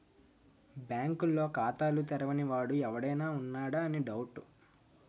బాంకుల్లో ఖాతాలు తెరవని వాడు ఎవడైనా ఉన్నాడా అని డౌటు